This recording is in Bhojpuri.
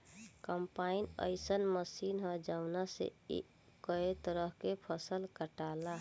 कम्पाईन अइसन मशीन ह जवना से कए तरह के फसल कटाला